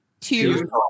Two